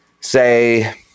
say